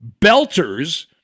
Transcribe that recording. Belters